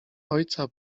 ojca